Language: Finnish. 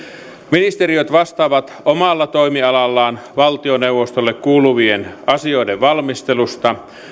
ministeriöt vastaavat omalla toimialallaan valtioneuvostolle kuuluvien asioiden valmistelusta